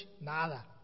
nada